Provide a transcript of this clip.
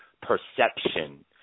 perception